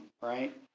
right